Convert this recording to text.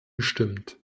gestimmt